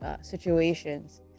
situations